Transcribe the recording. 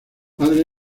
padre